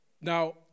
Now